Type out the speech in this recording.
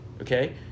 okay